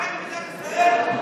אתה שואל,